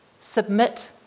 submit